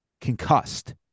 concussed